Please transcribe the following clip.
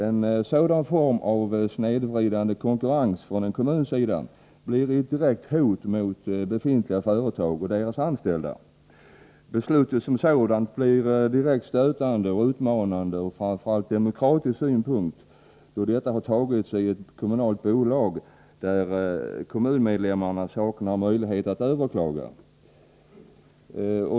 En sådan snedvridande konkurrens från kommunens sida blir ett direkt hot mot befintliga företag och deras anställda. Beslutet som sådant blir direkt stötande och utmanande, framför allt ur demokratisk synpunkt, då detta har fattats i ett kommunalt bolag där kommunmedlemmarna saknar möjlighet att överklaga.